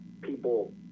people